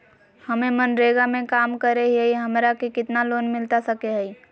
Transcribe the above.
हमे मनरेगा में काम करे हियई, हमरा के कितना लोन मिलता सके हई?